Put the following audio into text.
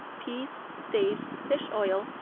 peas, staves, fish-oil,